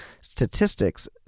statistics